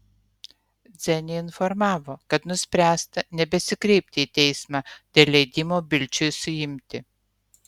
dzenį informavo kad nuspręsta nebesikreipti į teismą dėl leidimo bilčiui suimti